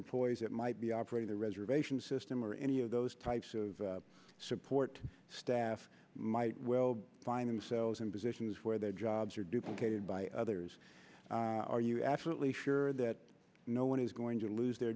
employees that might be operating the reservation system or any of those types of support staff might well find themselves in positions where their jobs are duplicated by others are you absolutely sure that no one is going to lose their